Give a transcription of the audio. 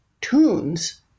tunes